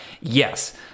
Yes